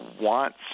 wants